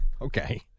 Okay